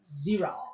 zero